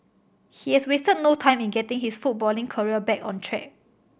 he has wasted no time in getting his footballing career back on track